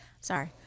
sorry